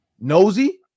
nosy